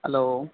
hello